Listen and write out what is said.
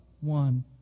one